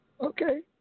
Okay